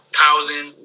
thousand